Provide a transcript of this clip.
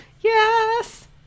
Yes